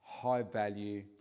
high-value